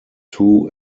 two